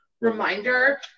reminder